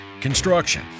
construction